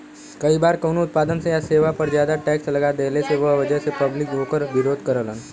कई बार कउनो उत्पाद या सेवा पर जादा टैक्स लगा देहले क वजह से पब्लिक वोकर विरोध करलन